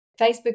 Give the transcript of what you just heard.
Facebook